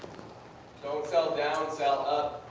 don't sell down, sell up.